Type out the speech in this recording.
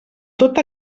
tota